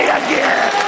again